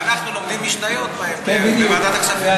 ואנחנו לומדים משניות בוועדת הכספים.